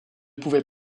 pouvais